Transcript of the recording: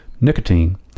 nicotine